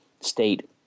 state